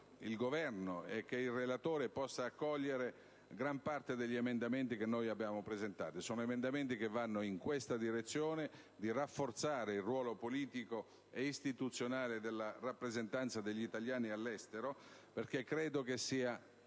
il Governo e il relatore possano accogliere gran parte degli emendamenti da noi presentati, che vanno in direzione di rafforzare il ruolo politico e istituzionale della rappresentanza degli italiani all'estero, perché credo che sia